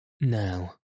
Now